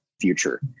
future